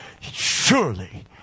Surely